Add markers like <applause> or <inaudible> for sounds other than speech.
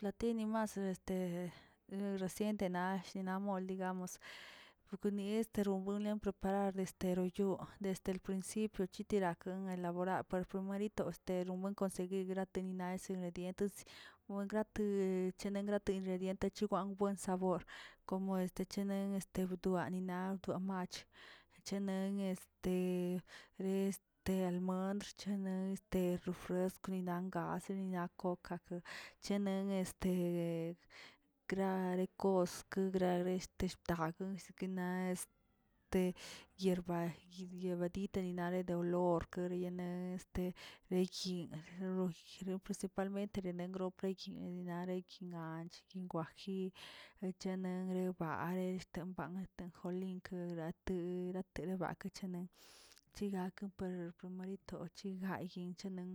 Ltaini mas este <hesitation> reciente na mold digamos, poquinieꞌ estreo gonle preparar estero yoo desde el princip chitirankel gora par primerito este romiekw consegui grateni yinatesi dietenis wongrate chine grati ingrediente yigwan buen sabor, como este chene rutuanina tuamach chenengue este lmondrchani este rofreskw bancasira kokakə chelen este kra de kosk gra este krarashtg naꞌ este yerbadin ninare de unolor dereyene este de dyinꞌ <unintelligible> principalmente gropegyi narekimag yikwagi rechagrane jba ekshtaba jolin kegrat te raterabatchane chiraknpe bito chinjayi chinan